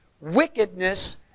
wickedness